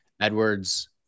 Edwards